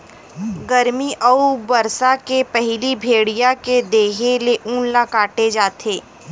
गरमी अउ बरसा के पहिली भेड़िया के देहे ले ऊन ल काटे जाथे